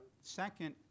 Second